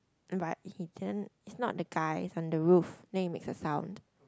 but he didn't it's not the guy it's on the roof then it makes a sound